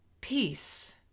peace